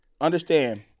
Understand